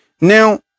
Now